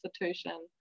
institution